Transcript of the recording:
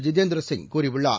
ஜிதேந்திர சிங் கூறியுள்ளார்